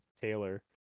taylor